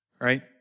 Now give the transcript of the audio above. right